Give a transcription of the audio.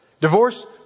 Divorce